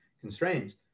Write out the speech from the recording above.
constraints